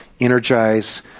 Energize